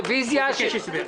רוויזיה בבקשה.